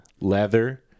leather